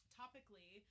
topically